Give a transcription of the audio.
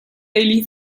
daily